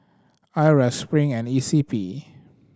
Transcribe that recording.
IRAS Spring and E C P